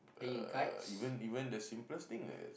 uh even even the simplest thing is